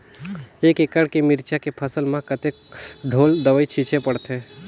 एक एकड़ के मिरचा के फसल म कतेक ढोल दवई छीचे पड़थे?